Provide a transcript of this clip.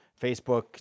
Facebook